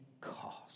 cost